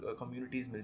communities